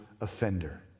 offender